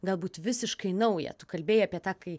galbūt visiškai naują tu kalbėjai apie tą kai